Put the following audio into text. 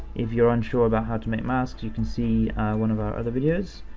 if you're unsure about how to make masks, you can see one of our other videos.